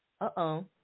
Uh-oh